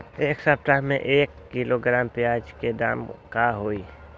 एक सप्ताह में एक किलोग्राम प्याज के दाम का होई?